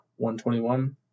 $121